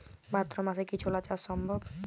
ভাদ্র মাসে কি ছোলা চাষ সম্ভব?